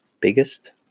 biggest